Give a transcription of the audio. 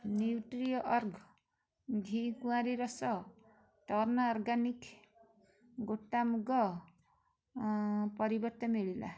ନ୍ୟୁଟ୍ରିଅର୍ଗ ଘି କୁଆଁରୀ ରସ ଟର୍ନ୍ ଅର୍ଗାନିକ୍ ଗୋଟା ମୁଗ ପରିବର୍ତ୍ତେ ମିଳିଲା